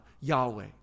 Yahweh